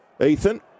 Ethan